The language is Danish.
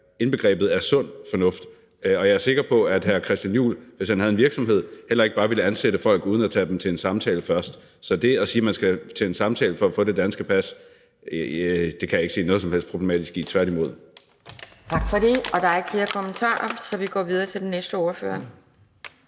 indbegrebet af sund fornuft, og jeg er sikker på, at hr. Christian Juhl, hvis han havde en virksomhed, heller ikke bare ville ansætte folk uden at tage dem til en samtale først. Så det at sige, at man skal til en samtale for at få det danske pas, kan jeg ikke se noget som helst problematisk i, tværtimod. Kl. 18:58 Anden næstformand (Pia Kjærsgaard): Tak for det. Der er ikke flere kommentarer, så vi går videre til den næste ordfører.